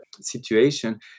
situation